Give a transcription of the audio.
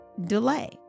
delay